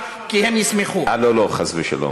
כי רוב הערבים יצביעו עבורי ועוד יהודים,